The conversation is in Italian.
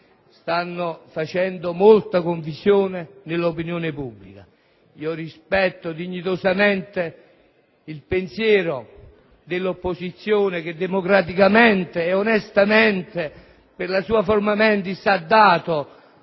stanno creando molta confusione nell'opinione pubblica. Rispetto dignitosamente il pensiero dell'opposizione che democraticamente e onestamente, secondo la sua *forma* *mentis*, ha dato